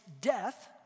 death